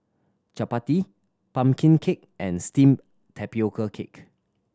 chappati pumpkin cake and steamed tapioca cake